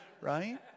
right